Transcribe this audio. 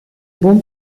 buon